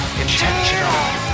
intentional